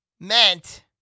meant